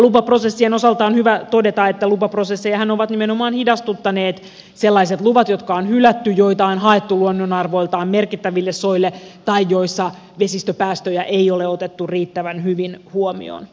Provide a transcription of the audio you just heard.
lupaprosessien osalta on hyvä todeta että lupaprosessejahan ovat nimenomaan hidastuttaneet sellaiset luvat jotka on hylätty joita on haettu luonnonarvoiltaan merkittäville soille tai joissa vesistöpäästöjä ei ole otettu riittävän hyvin huomioon